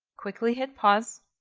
quickly hit pause,